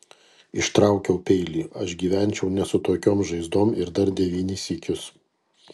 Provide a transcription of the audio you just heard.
ištraukiau peilį aš gyvenčiau ne su tokiom žaizdom ir dar devynis sykius